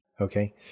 Okay